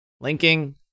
linking